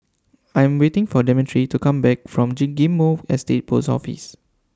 I Am waiting For Demetri to Come Back from Ghim Moh Estate Post Office